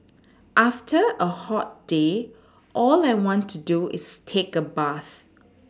after a hot day all I want to do is take a bath